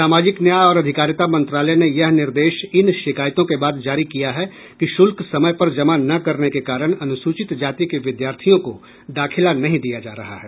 सामाजिक न्याय और अधिकारिता मंत्रालय ने यह निर्देश इन शिकायतों के बाद जारी किया है कि शुल्क समय पर जमा न करने के कारण अनुसूचित जाति के विद्यार्थियों को दाखिला नहीं दिया जा रहा है